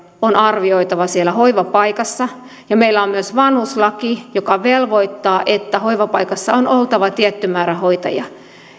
on arvioitava siellä hoivapaikassa ja meillä on myös vanhuslaki joka velvoittaa että hoivapaikassa on oltava tietty määrä hoitajia